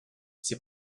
c’est